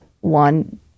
one